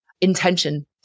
intention